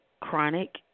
chronic